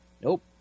Nope